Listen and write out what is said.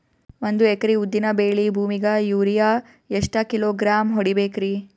ಒಂದ್ ಎಕರಿ ಉದ್ದಿನ ಬೇಳಿ ಭೂಮಿಗ ಯೋರಿಯ ಎಷ್ಟ ಕಿಲೋಗ್ರಾಂ ಹೊಡೀಬೇಕ್ರಿ?